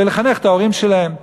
כדי לחנך את ההורים שלהם.